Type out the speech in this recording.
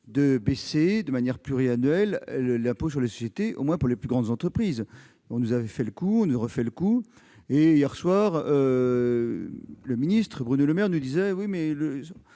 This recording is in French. de baisser de manière pluriannuelle l'impôt sur les sociétés, au moins pour les plus grandes entreprises. L'on nous a déjà fait le coup, et cela recommence ! Hier soir, le ministre Bruno Le Maire nous disait